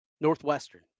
Northwestern